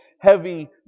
heavy